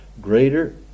Greater